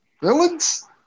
Villains